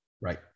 Right